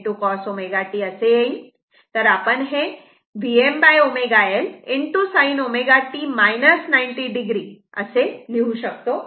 आपण हे Vmω L sin ω t 90 o असे लिहू शकतो